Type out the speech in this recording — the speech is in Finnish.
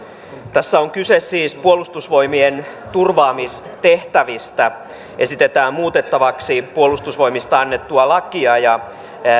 tässä on kyse siis puolustusvoi mien turvaamistehtävistä esitetään muutettavaksi puolustusvoimista annettua lakia ja